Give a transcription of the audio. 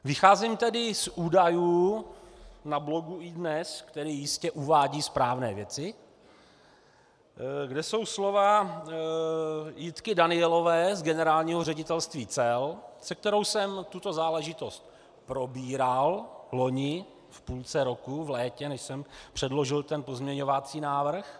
Vycházím tedy z údajů na blogu iDnes, který jistě uvádí správné věci, kde jsou slova Jitky Danielové z Generálního ředitelství cel, se kterou jsem tuto záležitost probíral loni v půlce roku, v létě, než jsem předložil ten pozměňovací návrh.